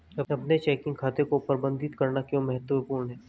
अपने चेकिंग खाते को प्रबंधित करना क्यों महत्वपूर्ण है?